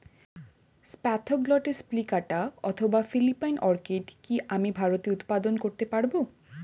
Spathoglottis plicata অথবা Philippine orchid কি আমি ভারতে উৎপাদন করতে পারবো?